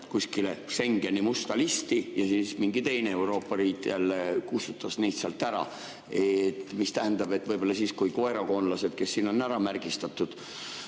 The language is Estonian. kuskile Schengeni musta listi ja siis mingi teine Euroopa riik jälle kustutas neid sealt ära. Kas seda ohtu, et võib-olla koerakoonlased, kes siin on ära märgistatud,